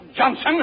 Johnson